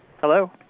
Hello